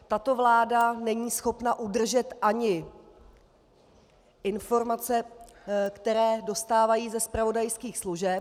Tato vláda není schopna udržet ani informace, které dostávají ze zpravodajských služeb.